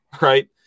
right